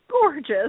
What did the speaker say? gorgeous